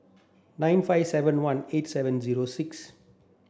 nine five seven one eight seven zero six